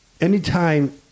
Anytime